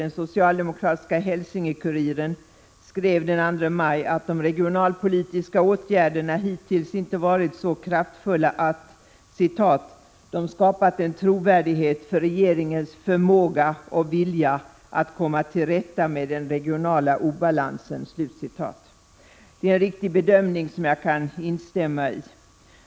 Den socialdemokratiska Hälsingekuriren skrev den 2 maj att de regionalpolitiska åtgärderna hittills inte varit så kraftfulla att ”de skapat en trovärdighet för regeringens förmåga och vilja att komma till rätta med den regionala obalansen”. Det är en riktig bedömning, som jag kan instämma i.